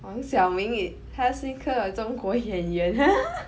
黄晓明他是一个中国演员